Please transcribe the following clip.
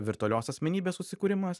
virtualios asmenybės susikūrimas